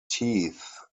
teeth